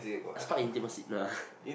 it's called intimacy no lah